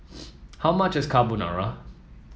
how much is Carbonara